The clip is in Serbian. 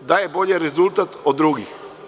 daje bolji rezultat od drugih.